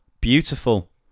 beautiful